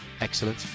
Excellent